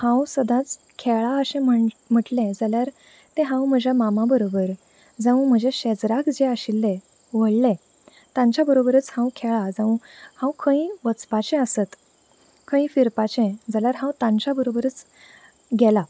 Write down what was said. हांव सदांच खेळा अशें म्हण म्हटल्यार तें हांव म्हज्या मामा बरोबर जावं म्हज्या शेजाराक जे आशिल्ले व्हडले तांचे बरोबरच हांव खेळा जावं हांव खंयी वचपाचें आसत खंयी फिरपाचें जाल्यार हांव तांच्या बरोबरच गेलां